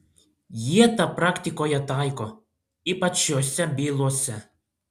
jie tą praktikoje taiko ypač šiose bylose